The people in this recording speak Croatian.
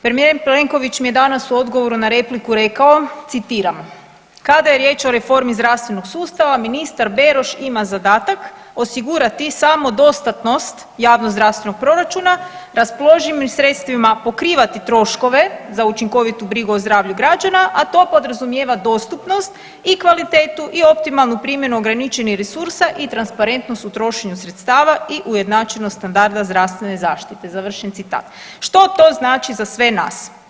Premijer Plenković mi je danas u odgovoru na repliku rekao citiram: „Kada je riječ o reformi zdravstvenog sustava ministar Beroš ima zadatak osigurati samodostatnost javnozdravstvenog proračuna, raspoloživim sredstvima pokrivati troškove za učinkovitu brigu o zdravlju građana a to podrazumijeva dostupnost, i kvalitetu, i optimalnu primjenu ograničenih resursa, i transparentnost u trošenju sredstava i ujednačenost standarda zdravstvene zaštite.“ Što to znači za sve nas?